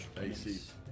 AC